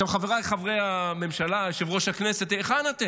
חבריי חברי הממשלה, יושב-ראש הכנסת, היכן אתם?